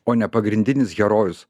o ne pagrindinis herojus